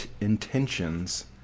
intentions